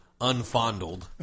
unfondled